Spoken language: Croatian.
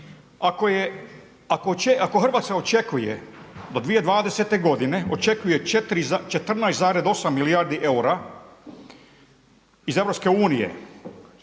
ako Hrvatska očekuje do 2020. godine očekuje 14,8 milijardi eura iz EU